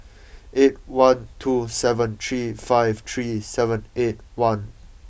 eight one two seven three five three seven eight one